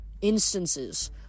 instances